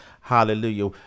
hallelujah